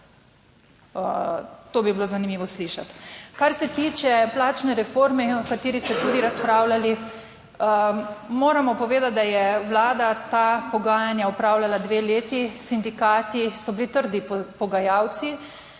To bi bilo zanimivo slišati. Kar se tiče plačne reforme, o kateri ste tudi razpravljali, moramo povedati, da je Vlada ta pogajanja opravljala dve leti s sindikati, so bili trdi pogajalci.